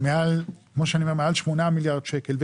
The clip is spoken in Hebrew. מעל שמונה מיליארד שקל,